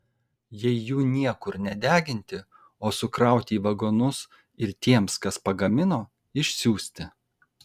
jei jų niekur nedeginti o sukrauti į vagonus ir tiems kas pagamino išsiųsti